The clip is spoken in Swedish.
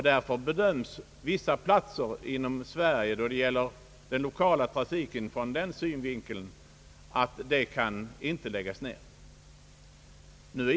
Därför bedöms vissa platser inom Sverige då det gäller den lokala trafiken från den synvinkeln att trafiken där inte kan läggas ned.